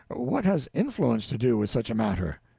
what has influence to do with such a matter?